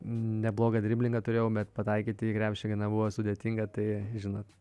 neblogą driblingą turėjau bet pataikyti į krepšį gana buvo sudėtinga tai žinot